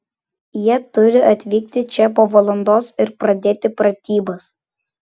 jie turi atvykti čia po valandos ir pradėti pratybas